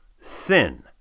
Sin